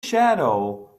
shadow